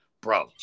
bro